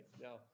No